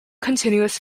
continuous